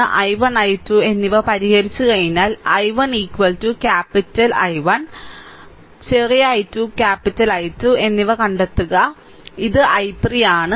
അതിനാൽ I1 I2 എന്നിവ പരിഹരിച്ചുകഴിഞ്ഞാൽ I1 ക്യാപിറ്റൽ ചെറിയ I1 ക്യാപിറ്റൽ I1 ചെറിയ I2 ക്യാപിറ്റൽ I2 എന്നിവ കണ്ടെത്തുക ഇത് I3 ആണ്